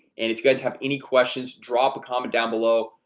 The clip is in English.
and if you guys have any questions drop a comment down below.